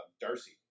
darcy